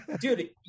dude